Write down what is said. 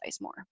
more